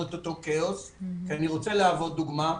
את אותו כאוס כי אני רוצה להוות דוגמה,